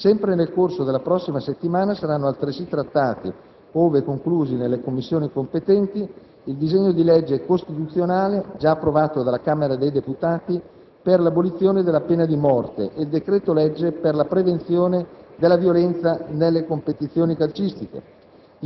Sempre nel corso della prossima settimana saranno altresì trattati - ove conclusi nelle Commissioni competenti - il disegno di legge costituzionale, già approvato dalla Camera dei deputati, per l'abolizione della pena di morte e il decreto-legge per la prevenzione della violenza nelle competizioni calcistiche.